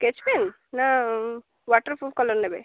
sketch pen ନା waterproof colour ନେବେ